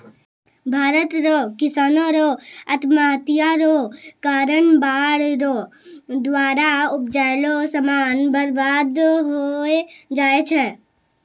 भारत रो किसानो रो आत्महत्या रो कारण बाढ़ रो द्वारा उपजैलो समान बर्बाद होय जाय छै